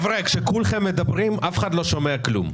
חבר'ה, כשכולכם מדברים אף אחד לא שומע כלום.